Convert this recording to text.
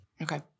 Okay